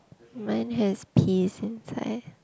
mine has peas inside